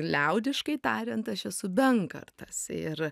liaudiškai tariant aš esu benkartas ir